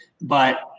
But-